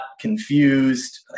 confused